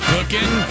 Cooking